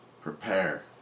Prepare